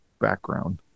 background